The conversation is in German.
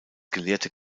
gelehrte